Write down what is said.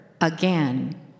again